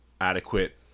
adequate